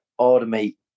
automate